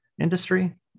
industry